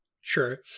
Sure